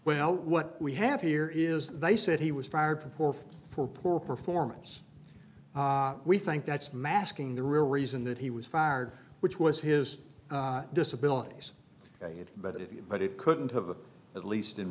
well what we have here is they said he was fired from or for poor performance we think that's masking the real reason that he was fired which was his disability but if you but it couldn't have at least in